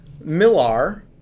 Millar